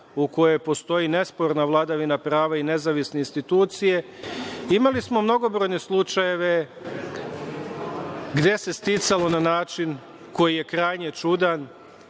u kojoj postoji nesporna vladavina prava i nezavisne institucije, imali smo mnogobrojne slučajeve gde se sticalo na način koji je krajnje čudan